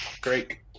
Great